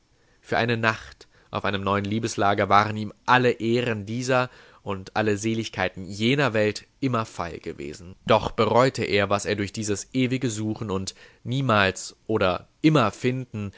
für eine nacht auf einem neuen liebeslager waren ihm alle ehren dieser und alle seligkeiten jener welt immer feil gewesen doch bereute er was er durch dieses ewige suchen und niemals oder